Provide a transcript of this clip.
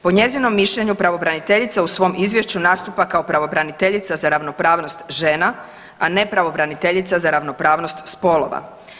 Po njezinom mišljenju pravobraniteljica u svom izvješću nastupa kao pravobraniteljica za ravnopravnost žena, a ne pravobraniteljica za ravnopravnost spolova.